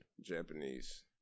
Japanese